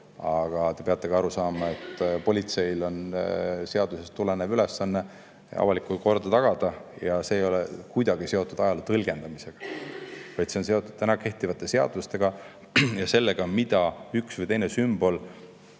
Aga te peate ka aru saama, et politseil on seadusest tulenev ülesanne avalikku korda tagada ja see ei ole kuidagi seotud ajaloo tõlgendamisega. See on seotud kehtivate seadustega ja sellega, milliseid olukordi üks või teine sümbol